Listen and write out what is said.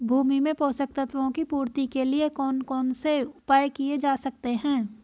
भूमि में पोषक तत्वों की पूर्ति के लिए कौन कौन से उपाय किए जा सकते हैं?